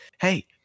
Hey